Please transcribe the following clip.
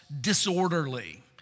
disorderly